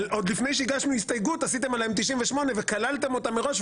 עוד לפני שהגשנו הסתייגות עשיתם עליהם 98 וכללתם אותם מראש,